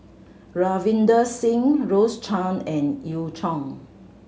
Ravinder Singh Rose Chan and Eu